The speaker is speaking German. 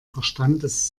verstandes